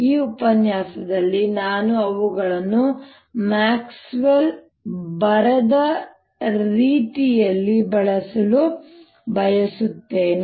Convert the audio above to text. ಈ ಉಪನ್ಯಾಸದಲ್ಲಿ ನಾನು ಅವುಗಳನ್ನು ಮ್ಯಾಕ್ಸ್ವೆಲ್ ಬರೆದ ರೀತಿಯಲ್ಲಿ ಬಳಸಲು ಬಯಸುತ್ತೇನೆ